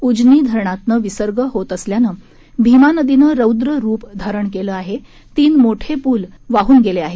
उजनी धरणातनं विसर्ग येत असल्यानं भीमा नदीनं रौद्र रूप धारण केलं असून तीन मोठे पूल वाहून गेले आहेत